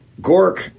gork